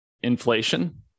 inflation